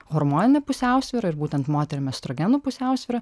hormoninę pusiausvyrą ir būtent moterim estrogenų pusiausvyrą